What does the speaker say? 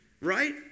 Right